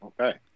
okay